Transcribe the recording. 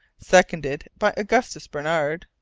seconded by augustus barnard,